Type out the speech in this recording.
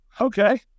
Okay